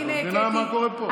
את מבינה מה קורה פה?